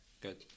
good